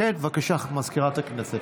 מזכירת הכנסת.